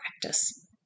practice